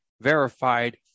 verified